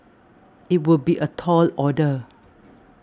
it would be a tall order